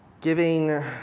Giving